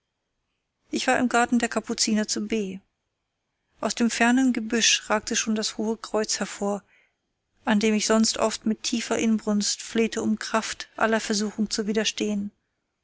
ich war im garten der kapuziner zu b aus dem fernen gebüsch ragte schon das hohe kreuz hervor an dem ich sonst oft mit tiefer inbrunst flehte um kraft aller versuchung zu widerstehen